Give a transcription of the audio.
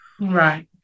Right